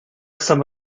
some